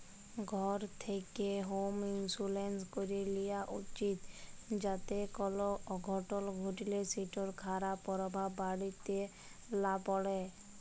ঘর থ্যাকলে হম ইলসুরেলস ক্যরে লিয়া উচিত যাতে কল অঘটল ঘটলে সেটর খারাপ পরভাব বাড়িতে লা প্যড়ে